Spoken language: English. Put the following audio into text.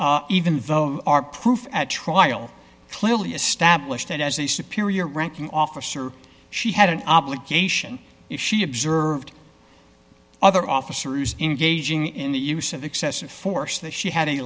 is even vote our proof at trial clearly established a superior ranking officer she had an obligation if she observed other officers engaging in the use of excessive force that she had an